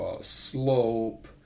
slope